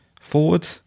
forward